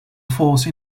force